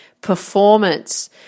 performance